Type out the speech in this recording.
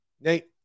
nate